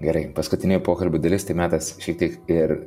gerai paskutinė pokalbio dalis tai metas šiek tiek ir